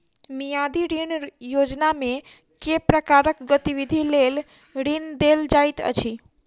मियादी ऋण योजनामे केँ प्रकारक गतिविधि लेल ऋण देल जाइत अछि